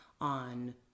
on